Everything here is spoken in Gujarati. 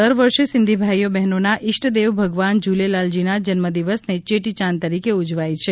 દર વર્ષે સિંધીભાઇએ બહેનોના ઇષ્ટદેવ ભગવાન જુલેલાલજ્જીના જન્મદિવસને ચેટીયાંદ તરીકે ઉજવાય છે